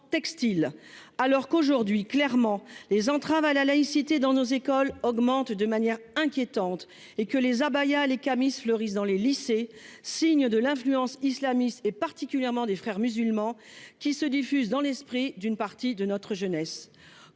textile alors qu'aujourd'hui, clairement, les entraves à la laïcité dans nos écoles augmentent de manière inquiétante et que les abayas, les cas Miss le risque dans les lycées, signe de l'influence islamiste et particulièrement des Frères musulmans, qui se diffusent dans l'esprit d'une partie de notre jeunesse,